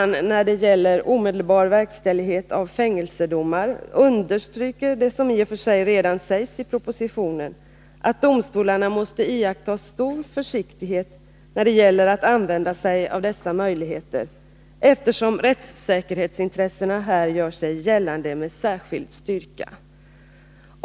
När det gäller omedelbar verkställighet av fängelsedomar understryker man det som i och för sig redan sägs i propositionen, nämligen att domstolarna måste iaktta stor försiktighet i fråga om att använda sig av dessa möjligheter, eftersom rättssäkerhetsintressena här gör sig gällande med särskild styrka.